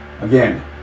Again